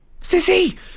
Sissy